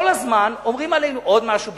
כל הזמן אומרים עלינו עוד משהו.